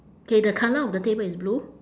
K the colour of the table is blue